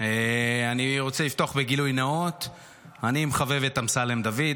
אני רוצה לפתוח בגילוי נאות: אני מחבב את אמסלם דוד,